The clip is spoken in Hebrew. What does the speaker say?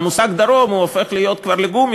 המושג דרום הופך כבר לגומי.